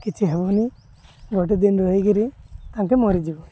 କିଛି ହେବନି ଗୋଟେ ଦିନ ରହିକିରି ତାଙ୍କେ ମରିଯିବ